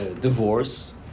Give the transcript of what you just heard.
divorce